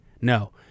no